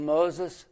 Moses